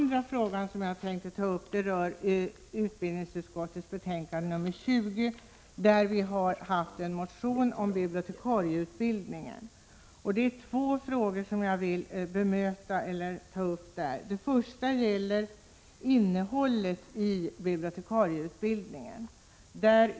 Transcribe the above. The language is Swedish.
Den fråga som jag sedan vill beröra sammanhänger med utbildningsutskottets betänkande 20, där vi har haft en motion om bibliotekarieutbildningen. Här är det två frågor jag vill ta upp. Den första gäller innehållet i bibliotekarieutbildningen.